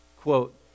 Quote